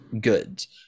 Goods